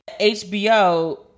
HBO